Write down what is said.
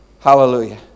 Hallelujah